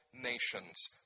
nations